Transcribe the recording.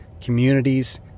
communities